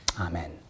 amen